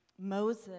Moses